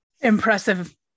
impressive